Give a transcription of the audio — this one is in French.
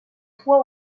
toit